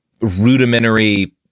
rudimentary